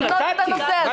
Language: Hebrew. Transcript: יש תקציב.